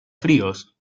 fríos